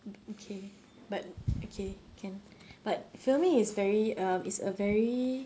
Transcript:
okay but okay can but filming is very um it's a very